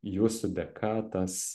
jūsų dėka tas